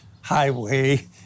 highway